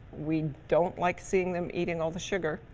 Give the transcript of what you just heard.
we don't like seeing them eating all the sugar.